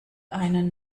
einen